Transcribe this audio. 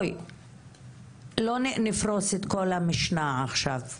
לא נפרוס את כל המשנה עכשיו.